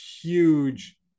huge